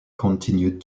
continued